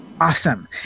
Awesome